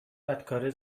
بدکاره